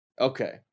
Okay